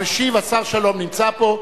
המשיב, השר שלום, נמצא פה.